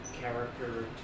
character